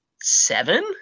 seven